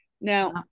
Now